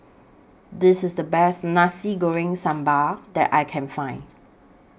This IS The Best Nasi Goreng Sambal that I Can Find